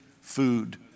food